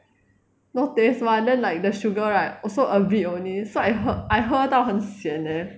no taste [one] then like the sugar right also a bit only so I 喝 I 喝到很 sian leh